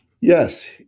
Yes